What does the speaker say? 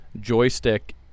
joystick